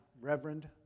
reverend